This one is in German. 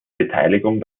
beteiligung